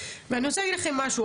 ואני רוצה להגיד לכם משהו,